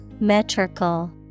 Metrical